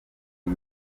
new